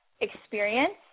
experience